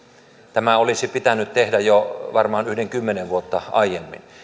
tämä olisi pitänyt tehdä jo varmaan yli kymmenen vuotta aiemmin